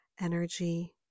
energy